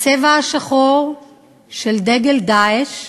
הצבע השחור של דגל "דאעש"